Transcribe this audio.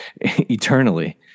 eternally